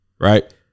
right